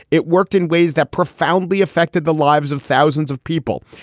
it worked in ways that profoundly affected the lives of thousands of people.